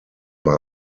bei